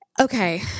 Okay